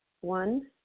One